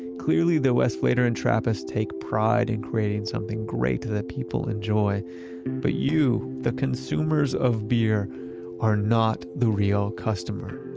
clearly, the westvleteren trappist take pride in creating something great that the people enjoy but you, the consumers of beer are not the real customer,